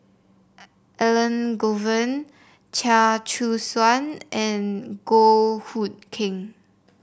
Elangovan Chia Choo Suan and Goh Hood Keng